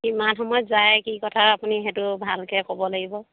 কিমান সময়ত যায় কি কথা আপুনি সেইটো ভালকৈ ক'ব লাগিব